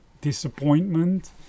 disappointment